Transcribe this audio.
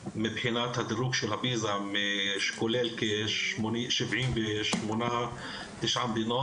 כאילו הילדים הערבים בנגב מבחינת הדירוג של --- שכולל כ-78 הם בסוף,